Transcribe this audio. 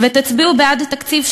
ותצביעו בעד התקציב,